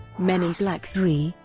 men in black three,